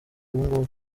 ubungubu